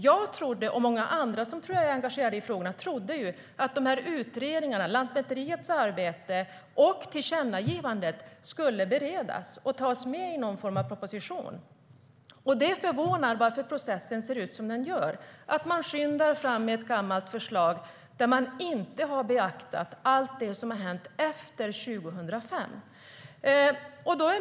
Jag och många andra som är engagerade i frågorna trodde att utredningarna, Lantmäteriets arbete och tillkännagivandet skulle beredas och tas med i någon proposition. Det förvånar mig att processen ser ut som den gör, att man skyndar fram med ett gammalt förslag och inte har beaktat allt som hänt efter 2005.